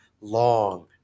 long